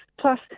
plus